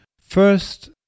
first